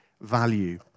value